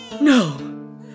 No